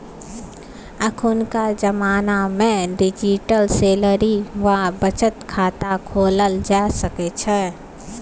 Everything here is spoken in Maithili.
अखुनका जमानामे डिजिटल सैलरी वा बचत खाता खोलल जा सकैत छै